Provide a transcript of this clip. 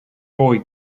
boy